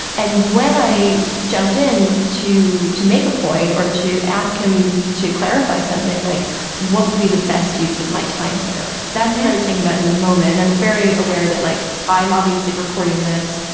and when i jumped in to to make a point or to ask him to clarify something like what would be the best use of my time here? that's what i was thinking about in the moment. and i was very aware aware that like i'm obviously recording this.